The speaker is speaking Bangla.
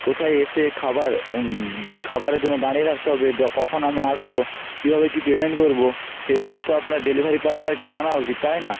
কোথায় এসে খাবার খাবারের জন্য দাঁড়িয়ে থাকতে হবে য কখন আমি আসবো কীভাবে কি পেমেন্ট করবো সেই সব তো আপনার ডেলিভারি পার্টনারকে জানা উচিত তাই না